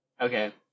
okay